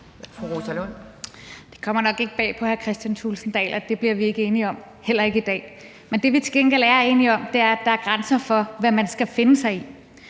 Thulesen Dahl, at det bliver vi ikke enige om – heller ikke i dag. Men det, vi til gengæld er enige om, er, at der er grænser for, hvad man skal finde sig i.